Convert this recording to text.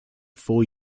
four